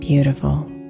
beautiful